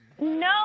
No